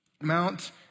Mount